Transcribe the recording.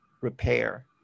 repair